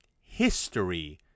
History